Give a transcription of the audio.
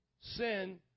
Sin